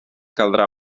caldrà